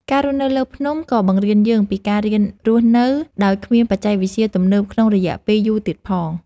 ការរស់នៅលើភ្នំ ក៏បង្រៀនយើងពីការរៀនរស់នៅដោយគ្មានបច្ចេកវិទ្យាទំនើបក្នុងរយៈពេលយូរទៀតផង។